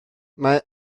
mae